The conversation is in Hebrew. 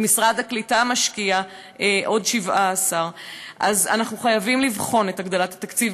ומשרד הקליטה משקיע עוד 17. אז אנחנו חייבים לבחון את הגדלת התקציב,